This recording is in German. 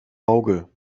auge